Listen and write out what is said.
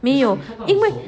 没有因为